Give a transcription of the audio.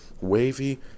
Wavy